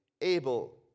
Abel